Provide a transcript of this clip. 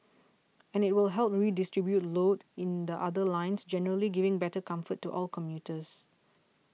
and it will help redistribute load in the other lines generally giving better comfort to all commuters